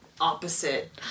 opposite